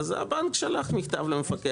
אז הבנק שלח מכתב למפקח.